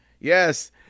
Yes